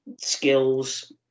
skills